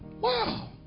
wow